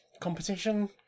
competition